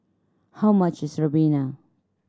how much is ribena